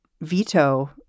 veto